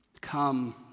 Come